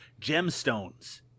Gemstones